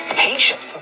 patient